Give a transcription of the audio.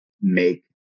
make